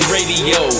Radio